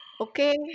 Okay